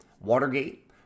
Watergate